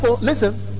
listen